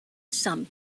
some